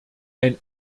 ein